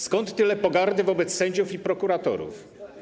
Skąd tyle pogardy wobec sędziów i prokuratorów?